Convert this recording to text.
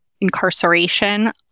incarceration